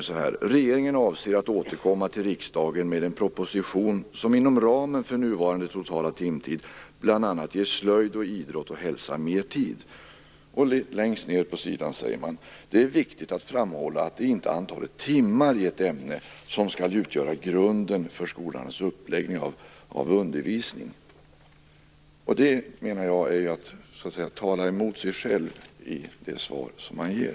Hon sade nämligen: "Regeringen avser att återkomma till riksdagen med en proposition, som inom ramen för nuvarande totala timtid bl.a. ger slöjd och idrott och hälsa mer tid." Litet senare sade hon: "Jag vill emellertid också framhålla att det inte är antalet timmar i ett ämne som skall utgöra grunden för skolornas uppläggning av undervisningen". Jag menar att statsrådet talar emot sig själv i detta svar.